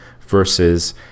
versus